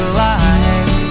life